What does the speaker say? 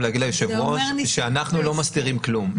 להגיד ליושב-ראש שאנחנו לא מסתירים כלום.